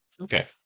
Okay